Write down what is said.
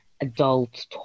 adult